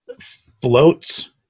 floats